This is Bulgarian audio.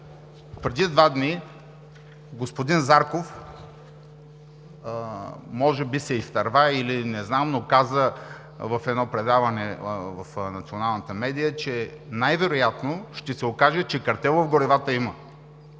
преди два дни господин Зарков може би се изтърва, или не знам, но каза в едно предаване в националната медия, че най-вероятно ще се окаже, че картел в горивата има.